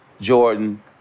Jordan